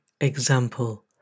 example